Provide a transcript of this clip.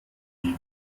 wie